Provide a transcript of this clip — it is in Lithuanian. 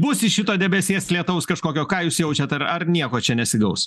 bus iš šito debesies lietaus kažkokio ką jūs jaučiat ar ar nieko čia nesigaus